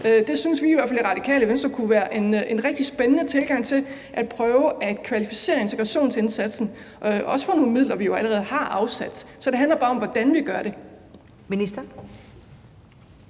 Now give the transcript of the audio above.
Der synes vi jo i hvert fald i Radikale Venstre, at det kunne være en rigtig spændende tilgang at prøve at kvalificere integrationsindsatsen, også for nogle midler, som vi jo allerede har afsat. Så det handler bare om, hvordan vi gør det.